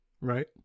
Right